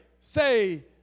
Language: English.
say